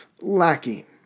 lacking